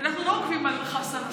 כי אנחנו לא עוקבים אחרי חסן נסראללה,